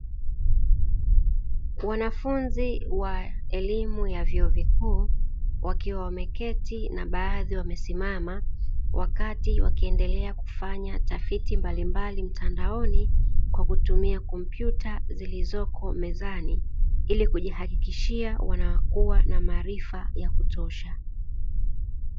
Wanafunzi wa elimu ya vyuo vikuu wakiwa wameketi na baadhi wamesimama wakati wakiendelea kufanya tafiti mbalimbali mtandaoni kwa kutumia kompyuta zilizoko mezani, ili kujihakikishia wanakuwa na maarifa ya kutosha.